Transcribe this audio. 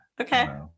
okay